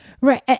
right